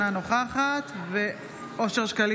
אינה נוכחת אושר שקלים,